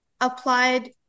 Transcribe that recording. applied